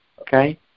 okay